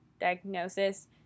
diagnosis